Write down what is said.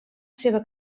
seva